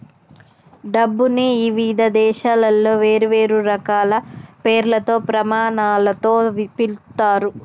డబ్బుని ఇవిధ దేశాలలో వేర్వేరు రకాల పేర్లతో, ప్రమాణాలతో పిలుత్తారు